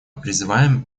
призываем